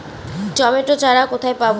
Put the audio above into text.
Tomato চারা কোথায় পাবো?